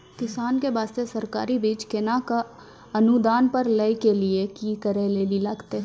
किसान के बास्ते सरकारी बीज केना कऽ अनुदान पर लै के लिए की करै लेली लागतै?